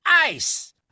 ice